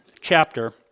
chapter